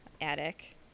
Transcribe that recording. attic